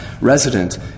resident